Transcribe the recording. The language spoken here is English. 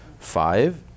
Five